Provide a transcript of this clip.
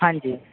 ਹਾਂਜੀ